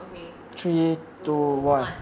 okay three two one